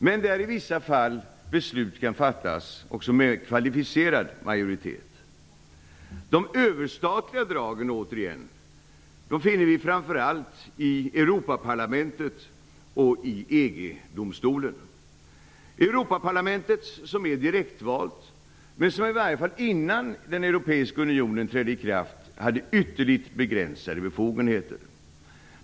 Men där kan i vissa fall beslut också fattas med kvalificerad majoritet. De överstatliga dragen finner vi framför allt i Europaparlamentet är direktvalt, men det hade -- i varje fall innan den europeiska unionen trädde i kraft -- ytterligt begränsade befogenheter.